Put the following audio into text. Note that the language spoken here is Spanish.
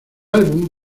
álbum